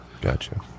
Gotcha